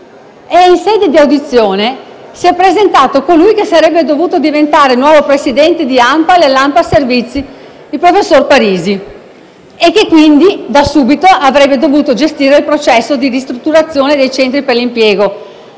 In sede di audizione si è presentato colui che sarebbe dovuto diventare il nuovo presidente di ANPAL e ANPAL Servizi, il professor Parisi, che quindi avrebbe da subito dovuto gestire il processo di ristrutturazione dei centri per l'impiego.